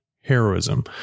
heroism